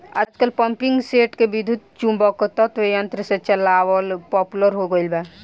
आजकल पम्पींगसेट के विद्युत्चुम्बकत्व यंत्र से चलावल पॉपुलर हो गईल बा